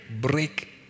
break